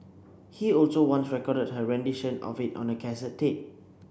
he also once recorded her rendition of it on a cassette tape